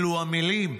"אלו המילים,